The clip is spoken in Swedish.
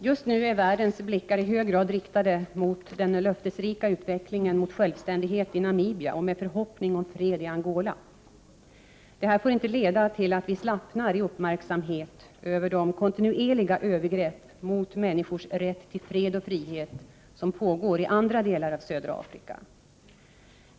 Just nu är världens blickar i hög grad riktade mot den löftesrika utvecklingen mot självständighet i Namibia och med förhoppning om fred i Angola. Detta får dock inte leda till att vi slappnar i uppmärksamhet över de kontinuerliga övergrepp mot människors rätt till fred och frihet som pågår i andra delar av södra Afrika.